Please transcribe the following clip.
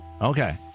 Okay